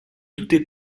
doutais